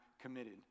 committed